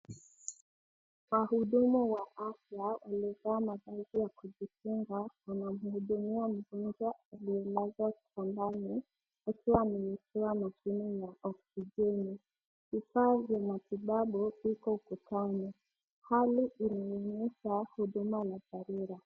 Wahudumu wa afya wamevaa mavazi ya kujikinga wanamhudumia mgonjwa aliyelazwa kitandani akiwa amewekewa mashine ya oksijeni. Vifaa vya matibabu viko ukutani. Hali inaonyesha huduma za dharura.